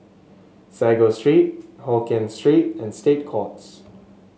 Sago Street Hokkien Street and State Courts